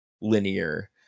linear